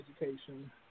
education